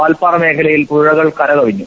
പാൽപ്പാറ മേഖലയിൽ പുഴകൾ കരകവിഞ്ഞു